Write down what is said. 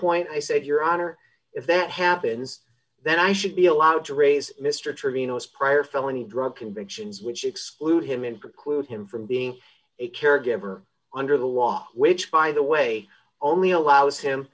point i said your honor if that happens then i should be allowed to raise mr trevino's prior felony drug convictions which exclude him and preclude him from being a caregiver under the law which by the way only allows him